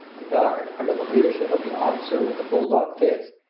the guard, under the leadership of the officer with the bull-dog phiz,